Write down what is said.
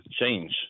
change